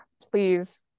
Please